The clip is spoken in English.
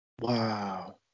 Wow